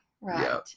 right